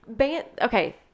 Okay